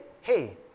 hey